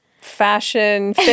fashion